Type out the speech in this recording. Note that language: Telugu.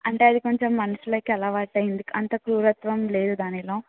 అంటే అది కొంచెం మనుషులకి అలవాట్టయింది అంత క్రూరత్వం లేదు దానిలో